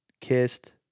kissed